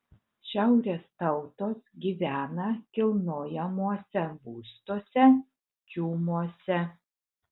šiaurės tautos gyvena kilnojamuose būstuose čiumuose